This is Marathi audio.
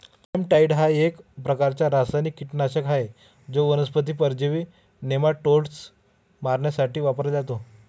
नेमॅटाइड हा एक प्रकारचा रासायनिक कीटकनाशक आहे जो वनस्पती परजीवी नेमाटोड्स मारण्यासाठी वापरला जातो